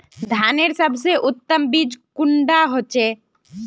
धानेर सबसे उत्तम बीज कुंडा होचए?